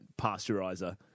pasteurizer